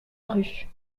rue